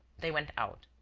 they went out.